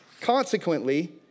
Consequently